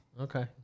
Okay